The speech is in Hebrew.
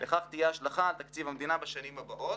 לכך תהיה השלכה על תקציב המדינה בשנים הבאות.